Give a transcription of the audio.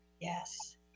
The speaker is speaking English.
Yes